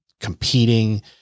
competing